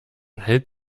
hält